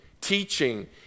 teaching